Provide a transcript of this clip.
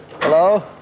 Hello